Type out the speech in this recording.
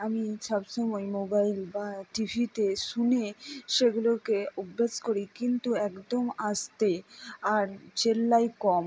আমি সবসময় মোবাইল বা টি ভিতে শুনে সেগুলোকে অভ্যেস করি কিন্তু একদম আস্তে আর চেল্লাই কম